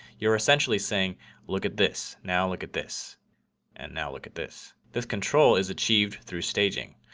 you're essentially saying look at this, now look at this and now look at this. this control is achieved through staging.